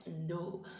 no